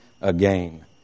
again